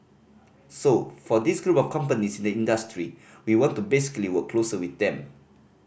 so for these group of companies in the industry we want to basically work closer with them